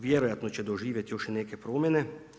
Vjerojatno će doživjeti još i neke promjene.